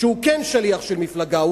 שהוא כן שליח של מפלגה,